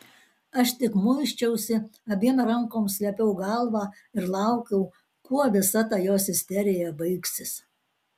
aš tik muisčiausi abiem rankom slėpiau galvą ir laukiau kuo visa ta jos isterija baigsis